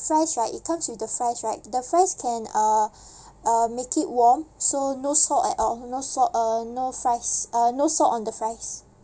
fries right it comes with the fries right the fries can uh uh make it warm so no salt at all no salt uh no fries uh no salt on the fries